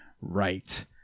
right